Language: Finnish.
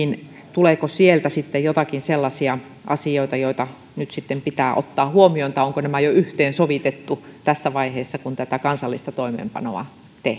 tuleeko sieltä sitten joitakin sellaisia asioita joita nyt sitten pitää ottaa huomioon tai onko nämä jo yhteensovitettu tässä vaiheessa kun tätä kansallista toimeenpanoa tehdään